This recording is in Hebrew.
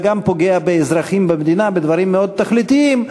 אלא גם פוגע באזרחים במדינה בדברים מאוד תכליתיים,